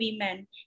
women